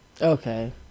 Okay